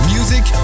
Music